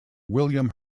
william